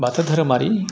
बाथौ धोरोमारि